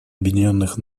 объединенных